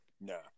No